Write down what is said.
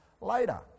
later